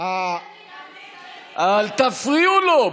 אל תפריעו לו.